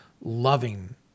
loving